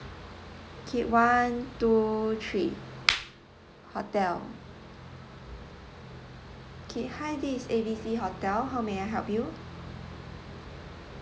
okay one two three hotel okay hi this is A B C hotel how may I help you